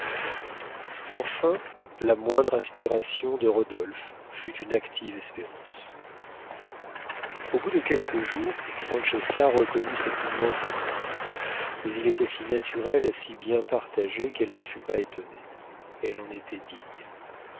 enfin la moindre aspiration de rodolphe fut une active espérance au bout de quelques jours francesca reconnut cet immense amour mais il était si naturel si bien partagé qu'elle n'en fut pas étonnée elle en était digne